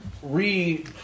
re-